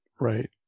Right